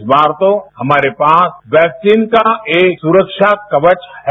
इस बार तो हमारे पास वैक्सीन का एक सुरक्षा कवच है